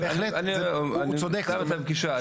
אני אקבע איתם פגישה,